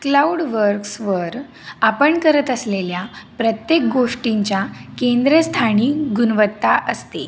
क्लाऊडवर्क्सवर आपण करत असलेल्या प्रत्येक गोष्टीच्या केंद्रस्थानी गुणवत्ता असते